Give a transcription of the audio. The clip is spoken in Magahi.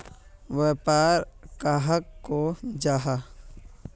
व्यापार कहाक को जाहा?